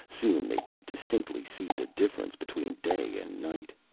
soon they could distinctly see the difference between day and night.